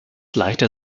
leichter